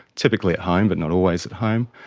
typically at home but not always at home,